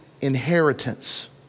inheritance